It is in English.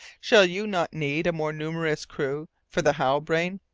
shall you not need a more numerous crew for the halbrane?